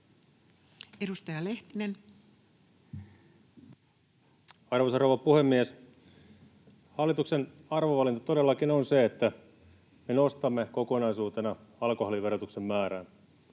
21:10 Content: Arvoisa rouva puhemies! Hallituksen arvovalinta todellakin on se, että me nostamme kokonaisuutena alkoholiverotuksen määrää.